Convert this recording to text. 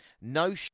No